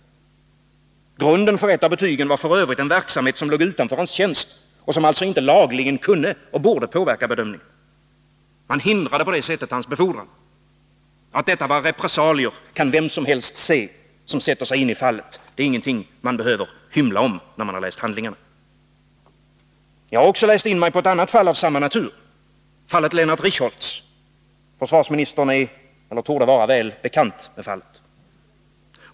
Grunden för ett av betygen var f. ö. en verksamhet som låg utanför hans tjänst och som lagligen inte kunde och borde ha påverkat bedömningen. Man hindrade på det sättet hans befordran. Att detta var repressalier kan vem som helst som sätter sig in i fallet se. Det är ingenting man behöver hymla om när man har läst handlingarna. Jag har också läst in mig på ett annat fall av samma natur — fallet Lennart Richholz. Försvarsministern är — eller torde vara — väl bekant med fallet.